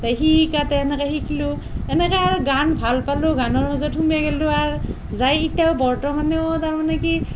সি শিকাতে সেনেকৈ শিকিলোঁ এনেকৈ আৰু গান ভালপালো গানৰ মাজত সোমাই গ'লো আৰ যায় এতিয়া বৰ্তমানেও তাৰমানে কি